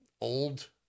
old